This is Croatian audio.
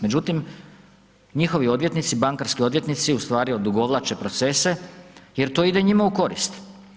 Međutim, njihovi odvjetnici, bankarski odvjetnici u stvari odugovlače procese, jer to ide njima u korist.